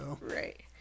Right